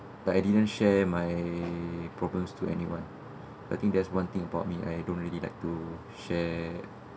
that I didn't share my problems to anyone I think there's one thing about me I I don't really like to share